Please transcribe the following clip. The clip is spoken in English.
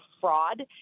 fraud